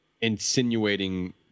insinuating